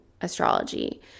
astrology